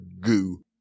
goo